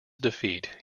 defeat